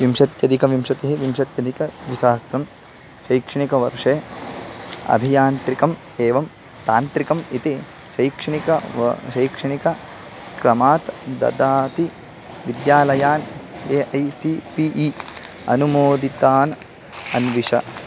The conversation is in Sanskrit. विंशत्यधिकविंशतिः विंशत्यधिकद्विसहस्रं शैक्षणिकवर्षे अभियान्त्रिकम् एवं तान्त्रिकम् इति शैक्षणिकं वा शैक्षणिकक्रमात् ददाति विद्यालयान् A I C P E अनुमोदितान् अन्विष